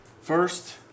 First